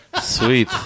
Sweet